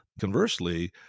Conversely